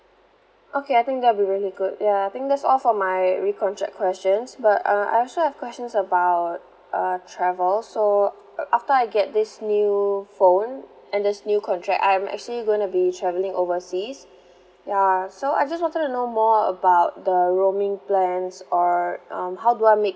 okay I think that will be really good ya I think that's all for my recontract questions but uh I also have questions about uh travel so after I get this new phone and this new contract I'm actually going to be travelling overseas ya so I just wanted to know more about the roaming plans or um how do I make